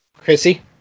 Chrissy